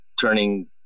turning